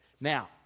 Now